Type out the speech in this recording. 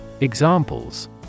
Examples